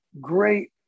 great